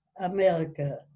America